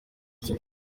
ati